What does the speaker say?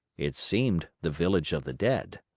it seemed the village of the dead.